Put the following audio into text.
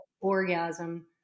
orgasm